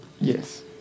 Yes